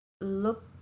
look